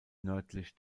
nördlich